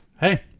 hey